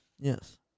Yes